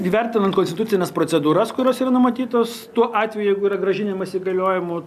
įvertinant konstitucines procedūras kurios yra numatytos tuo atveju jeigu yra grąžinimas įgaliojimų